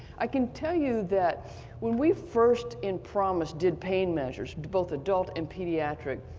i can tell you that when we first in promis did pain measures, both adult and pediatric,